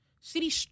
city